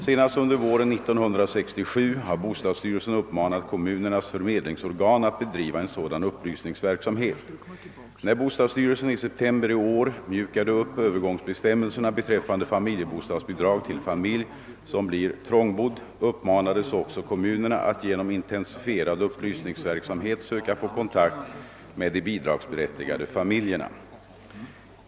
Senast under våren 1967 har bostadsstyrelsen uppmanat kommunernas förmedlingsorgan att bedriva en sådan upplysningsverksamhet. När bostadssty relsen i september i år mjukade upp övergångsbestämmelserna «beträffande familjebostadsbidrag till familj, som blir trångbodd, uppmanades också kommunerna att genom intensifierad upplysningsverksamhet söka få kontakt med de bidragsberättigade familjerna.